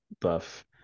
buff